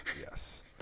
yes